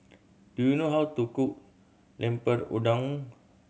do you know how to cook Lemper Udang